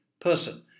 person